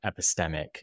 epistemic